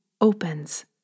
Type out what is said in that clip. opens